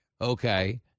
Okay